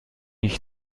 ich